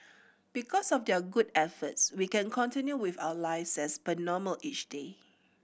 because of their good efforts we can continue with our lives as per normal each day